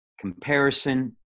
comparison